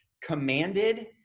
commanded